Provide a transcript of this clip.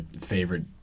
favorite